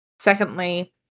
Secondly